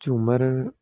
ਝੂਮਰ